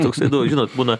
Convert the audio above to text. toksai nu žinot būna